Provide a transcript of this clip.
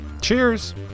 cheers